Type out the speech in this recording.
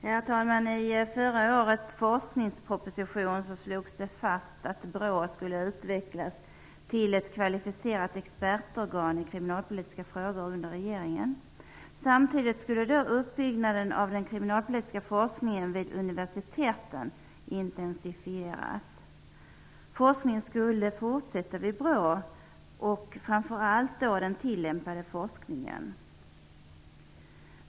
Herr talman! I förra årets forskningsproposition slogs fast att BRÅ skulle utvecklas till ett kvalificerat expertorgan i kriminalpolitiska frågor under regeringen. Samtidigt skulle uppbyggnaden av den kriminalpolitiska forskningen vid universiteten intensifieras. Forskningen skulle fortsätta vid BRÅ, framför allt den tillämpade forskningen.